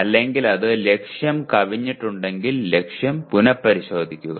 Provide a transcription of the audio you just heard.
അല്ലെങ്കിൽ അത് ലക്ഷ്യം കവിഞ്ഞിട്ടുണ്ടെങ്കിൽ ലക്ഷ്യം പുനപരിശോധിക്കുക